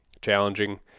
challenging